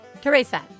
Teresa